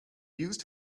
used